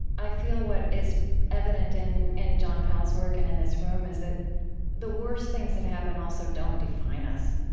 i feel what is evident in in john powell's work and in this room is that the worst things that happen, also don't define us.